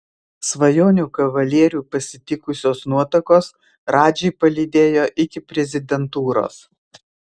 svajonių kavalierių pasitikusios nuotakos radžį palydėjo iki prezidentūros